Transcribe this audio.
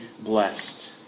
blessed